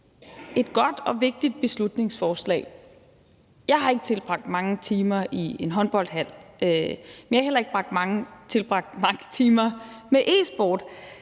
et godt og vigtigt beslutningsforslag. Jeg har ikke tilbragt mange timer i en håndboldhal, men jeg har heller ikke tilbragt mange timer med e-sport,